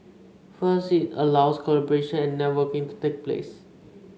firstly it allows collaboration and networking to take place